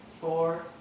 four